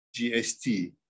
GST